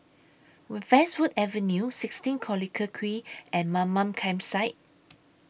Wood Westwood Avenue sixteen Collyer Quay and Mamam Campsite